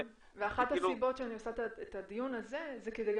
אחת הסיבות שאני עורכת את הדיון הזה היא גם כדי לשמוע,